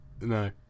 no